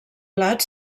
plat